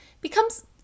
becomes